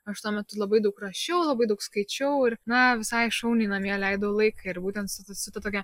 aš tuo metu labai daug rašiau labai daug skaičiau ir na visai šauniai namie leido laiką ir būtent su su ta tokia